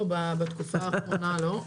בתקופה האחרונה לא.